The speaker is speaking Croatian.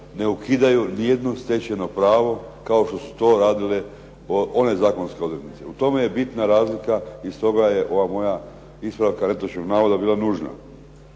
ne ukidaju nijedno stečeno pravo kao što su to radile one zakonske odredbe. U tome je bitna razlika i stoga je ova moja ispravka netočnog navoda bila nužna.